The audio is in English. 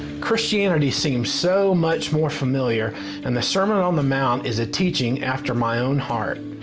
christianity seemed so much more familiar and the sermon on the mount is a teaching after my own heart.